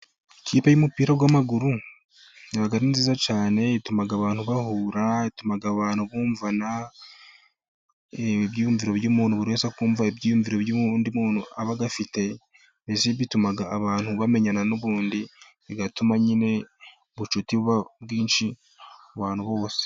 Ikipe y'umupira w'amaguru iba ari nziza cyane, ituma abantu bahura, ituma abantu buvana ibyuyumviro by'umuntu buri wese akumva ibyiyumviro by'undi muntu aba afite, mbese bituma abantu bamenyana n'ubundi, bigatuma nyine ubucuti buba bwinshi ku bantu bose.